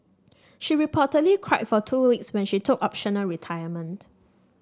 she reportedly cried for two weeks when she took optional retirement